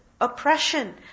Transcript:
Oppression